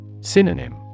Synonym